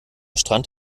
strand